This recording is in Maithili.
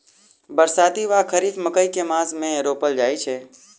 बरसाती वा खरीफ मकई केँ मास मे रोपल जाय छैय?